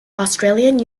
australian